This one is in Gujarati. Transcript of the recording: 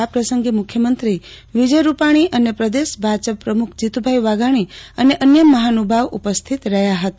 આ પ્રસંગે મુખ્યમંત્રી વિજય રૂપાર્ગી અને પ્રદેશ ભાજપ પ્રમુખ જીતુભાઈ વાઘાણી અને અન્ય મહાનુભાવો ઉપસ્થિત રહ્યા હતા